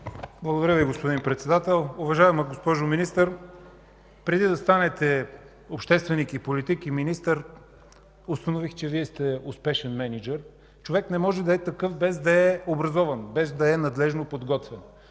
Благодаря Ви, господин Председател. Уважаема госпожо Министър, преди да станете общественик, политик и министър, установих, че Вие сте успешен мениджър. Човек не може да е такъв без да образован, без да е надлежно подготвен.